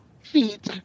feet